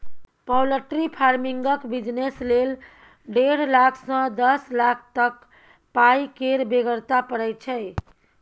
poultry फार्मिंगक business लेल डेढ़ लाख सँ दस लाख तक पाइ केर बेगरता परय छै